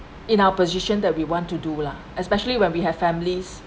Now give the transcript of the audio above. in our position that we want to do lah especially when we have families